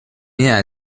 mehr